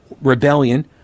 rebellion